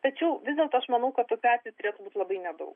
tačiau vis dėlto aš manau kad tokių atvejų turėtų būti labai nedaug